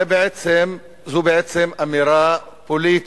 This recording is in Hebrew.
זו בעצם אמירה פוליטית,